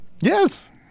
Yes